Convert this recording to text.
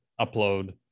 Upload